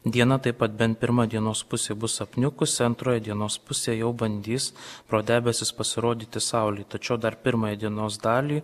diena taip pat bent pirma dienos pusė bus apniukusi antroje dienos pusėj jau bandys pro debesis pasirodyti saulė tačiau dar pirmąją dienos dalį